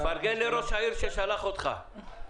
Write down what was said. תפרגן לראש העיר ששלח אותך.